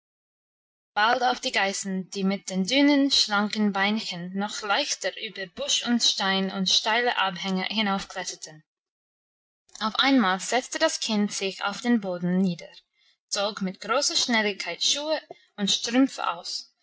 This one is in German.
auf die geißen die mit den dünnen schlanken beinchen noch leichter über busch und stein und steile abhänge hinaufkletterten auf einmal setzte das kind sich auf den boden nieder zog mit großer schnelligkeit schuhe und strümpfe aus